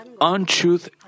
untruth